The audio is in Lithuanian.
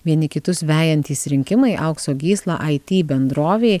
vieni kitus vejantys rinkimai aukso gysla aity bendrovei